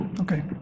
Okay